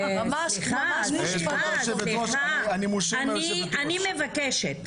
אני מבקשת,